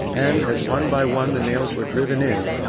and as, one by one, the nails were driven in,